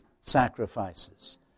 sacrifices